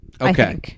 Okay